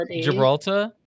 Gibraltar